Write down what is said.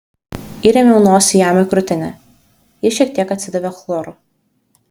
įrėmiau nosį jam į krūtinę ji šiek tiek atsidavė chloru